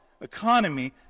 economy